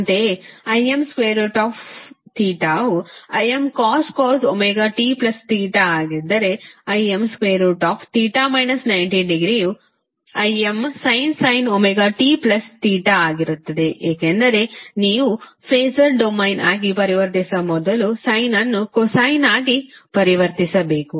ಅಂತೆಯೇ Im∠θ ವು Imcos ωtθ ಆಗಿದ್ದರೆIm∠θ 90° ವು Imsin ωtθ ಆಗಿರುತ್ತದೆ ಏಕೆಂದರೆ ನೀವು ಫಾಸರ್ ಡೊಮೇನ್ ಆಗಿ ಪರಿವರ್ತಿಸುವ ಮೊದಲು ಸಯ್ನ್ ವನ್ನು ಕೊಸೈನ್ ಆಗಿ ಪರಿವರ್ತಿಸಬೇಕು